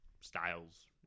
Styles